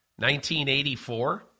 1984